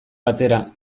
batera